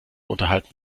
unterhalten